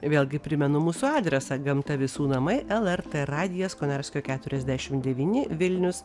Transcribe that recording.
vėlgi primenu mūsų adresą gamta visų namai lrt radijas konarskio keturiasdešim devyni vilnius